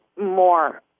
more